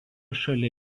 šalia